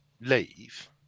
leave